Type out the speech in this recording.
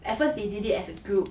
at first they did it as a group